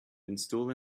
install